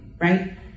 right